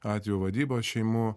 atvejo vadybos šeimų